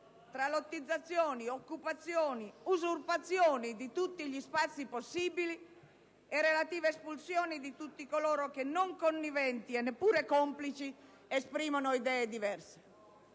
tra lottizzazioni, occupazioni, usurpazioni di tutti gli spazi possibili e relative espulsioni di tutti coloro che, non conniventi e neppure complici, esprimono idee diverse.